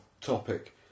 topic